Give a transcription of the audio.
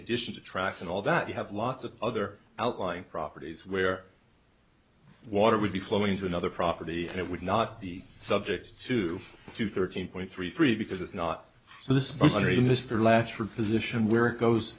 addition to tracks and all that you have lots of other outlying properties where water would be flowing to another property that would not be subject to two thirteen point three three because it's not so this is mr lasher position where it goes